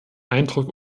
eindruck